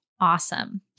awesome